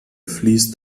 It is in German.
fließt